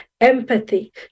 empathy